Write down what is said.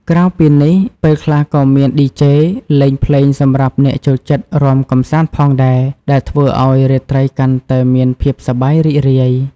ក្រៅពីនេះ ពេលខ្លះក៏មាន ឌីជេ លេងភ្លេងសម្រាប់អ្នកចូលចិត្តរាំកម្សាន្តផងដែរ ដែលធ្វើឲ្យរាត្រីកាន់តែមានភាពសប្បាយរីករាយ។